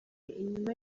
inyuma